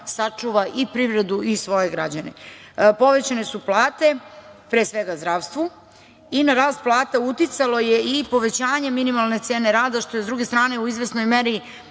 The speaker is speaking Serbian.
sačuva i privredu i svoje građane. Povećane su plate pre svega zdravstvu i na rast plata uticalo je i povećanje minimalne cene rade, što je, s druge strane, u izvesnoj meri